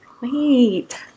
Wait